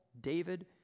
David